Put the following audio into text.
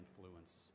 influence